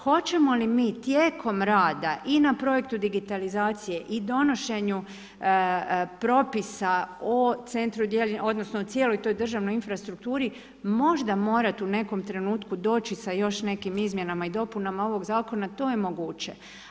Hoćemo li mi tijekom rada i na projektu digitalizacije i donošenju propisa o centru, odnosno o cijeloj toj državnoj infrastrukturi možda morati u nekom trenutku doći sa još nekim izmjenama i dopunama ovog Zakona, to je moguće.